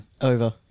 Over